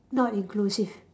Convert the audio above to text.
not inclusive